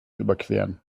überqueren